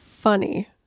funny